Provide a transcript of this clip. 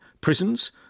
prisons